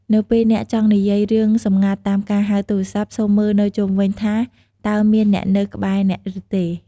នៅពេលអ្នកចង់និយាយារឿងសម្ងាត់តាមការហៅទូរស័ព្ទ សូមមើលនៅជុំវិញថាតើមានអ្នកនៅក្បែរអ្នកឬទេ។